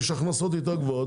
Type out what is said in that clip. יש הכנסות יותר גבוהות,